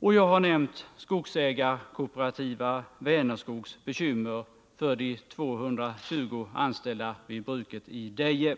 och jag har nämnt skogsägarkooperativa Vänerskogs bekymmer för de 220 anställda vid bruket i Deje.